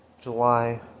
July